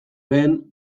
lehen